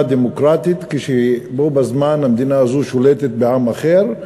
דמוקרטית כשבו-בזמן המדינה הזו שולטת בעם אחר,